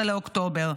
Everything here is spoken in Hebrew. ב-11 באוקטובר.